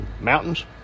mountains